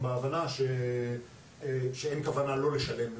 אחר כך אנחנו נעבור להקראה,